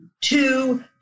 two